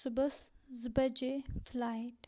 صُبحس زٕ بجے فلایٹ